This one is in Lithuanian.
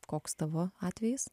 koks tavo atvejis